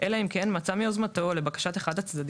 אלא אם כן מצא מיוזמתו או לבקשת אחד הצדדים,